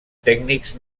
tècnics